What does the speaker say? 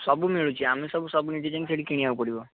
ସବୁ ମିଳୁଛି ଆମେ ସବୁ ସବୁ ନିଜେ ଯାଇକି ସେଠି କିଣିବାକୁ ପଡ଼ିବ